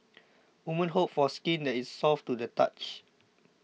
women hope for skin that is soft to the touch